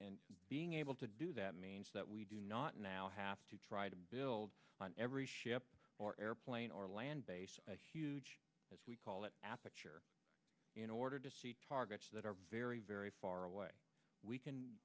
and being able to do that means that we do not now have to try to build on every ship or airplane or land base a huge as we call that aperture in order to see targets that are very very far away we can